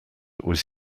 was